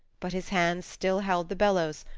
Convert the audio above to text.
but his hands still held the bellows,